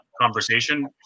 conversation